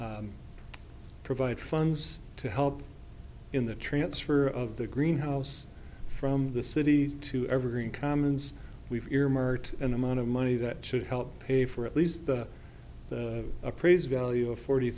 provide funds to help in the transfer of the greenhouse from the city to evergreen commons we've earmarked an amount of money that should help pay for at least the appraised value of forty